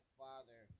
father